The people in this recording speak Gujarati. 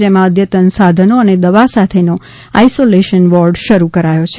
જેમાં અદ્યતન સાધનો અને દવા સાથેનો આઇસોલેશન વોર્ડ શરૂ કરાયો છે